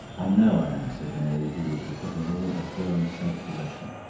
i know i am, said mary, who was recovering all her firm self-possession.